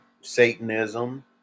satanism